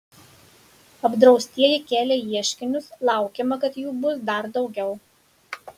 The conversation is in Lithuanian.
apdraustieji kelia ieškinius laukiama kad jų bus dar daugiau